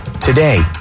Today